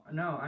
no